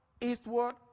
eastward